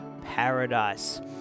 paradise